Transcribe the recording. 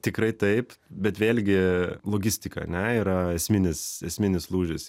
tikrai taip bet vėlgi logistika ane yra esminis esminis lūžis